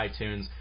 iTunes